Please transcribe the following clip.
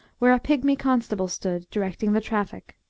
where a pigmy constable stood, directing the traffic.